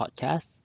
podcast